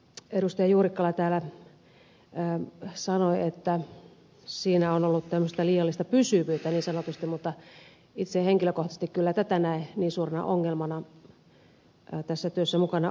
juurikkala täällä sanoi että siinä on ollut tämmöistä liiallista pysyvyyttä niin sanotusti mutta itse henkilökohtaisesti en kyllä tätä näe niin suurena ongelmana tässä työssä mukana olleena